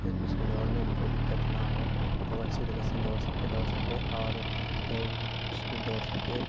کیونکہ اس کے دوڑنے میں کوئی دقت نہ ہو وہ اچھی طرح سے دوڑ سکے دوڑ سکے اور اسپیڈ دوڑ سکے